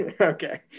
Okay